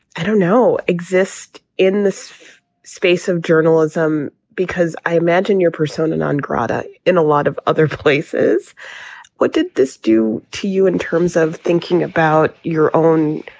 i don't know exist in this space of journalism because i imagine you're persona non grata in a lot of other places what did this do to you in terms of thinking about your own